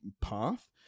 path